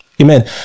Amen